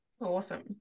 Awesome